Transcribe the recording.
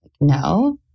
No